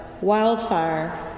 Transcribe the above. wildfire